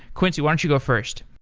quincy, why don't you go first?